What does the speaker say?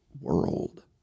World